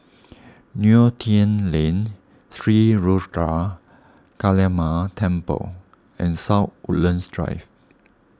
Neo Tiew Lane Sri Ruthra Kaliamman Temple and South Woodlands Drive